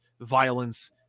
violence